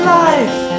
life